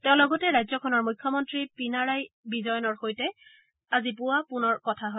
তেওঁ লগতে ৰাজ্যখনৰ মুখ্যমন্ত্ৰী পিনাৰায়ি বিজয়নৰ সৈতে আজি পুৱা পুনৰ কথা হয়